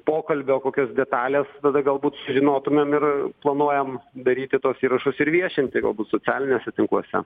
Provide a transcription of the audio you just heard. pokalbio kokios detalės tada galbūt sužinotumėm ir planuojam daryti tuos įrašus ir viešinti socialiniuose tinkluose